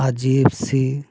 अजीब सी